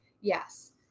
Yes